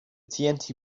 tnt